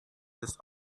this